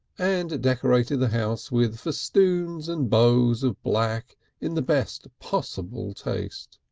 and decorated the house with festoons and bows of black in the best possible taste.